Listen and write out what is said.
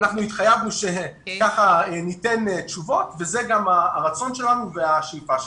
אנחנו התחייבנו שניתן תשובות וזה גם הרצון שלנו והשאיפה שלנו.